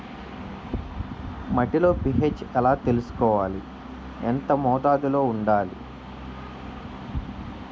మట్టిలో పీ.హెచ్ ఎలా తెలుసుకోవాలి? ఎంత మోతాదులో వుండాలి?